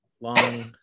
Long